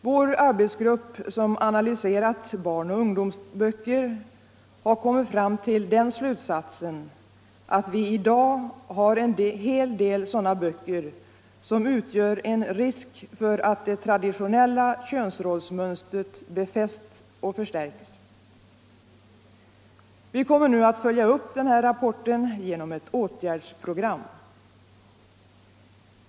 Vår arbetsgrupp, som analyserat barnoch ungdomsböcker, har kommit till den slutsatsen att vi i dag har en hel del sådana böcker som utgör en risk för att det traditionella könsrollsmönstret befästs och förstärks. Vi kommer nu att följa upp denna rapport genom ett åtgärdsprogram.